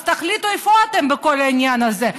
אז תחליטו איפה אתם בכל העניין הזה,